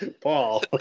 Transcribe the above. Paul